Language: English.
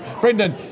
Brendan